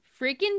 freaking